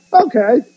Okay